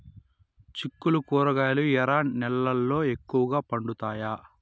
చిక్కుళ్లు కూరగాయలు ఎర్ర నేలల్లో ఎక్కువగా పండుతాయా